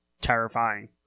terrifying